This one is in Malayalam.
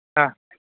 ആ